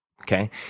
Okay